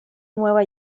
nueva